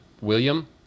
William